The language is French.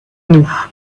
nous